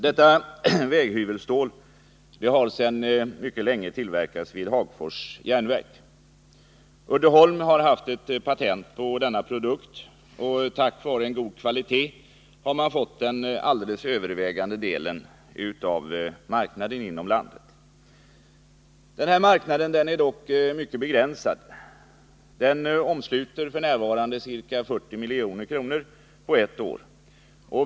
Detta väghyvelstål har sedan länge tillverkats vid Hagfors Järnverk. Uddeholm har haft ett patent på denna produkt, och tack vare en god kvalitet har man fått den alldeles övervägande delen av marknaden inom landet. Marknaden är dock mycket begränsad. Den omsluter f. n. ungefär 40 milj.kr. på ett år.